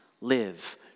live